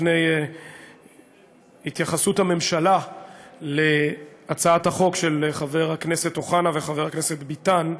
לפני התייחסות הממשלה להצעת החוק של חבר הכנסת אוחנה וחבר הכנסת ביטן,